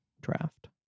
draft